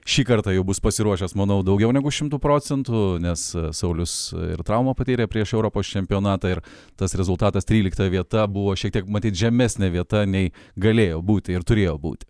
šį kartą jau bus pasiruošęs manau daugiau negu šimtu procentų nes saulius ir traumą patyrė prieš europos čempionatą ir tas rezultatas trylikta vieta buvo šiek tiek matyt žemesnė vieta nei galėjo būti ir turėjo būti